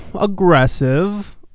aggressive